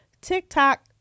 TikTok